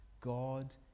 God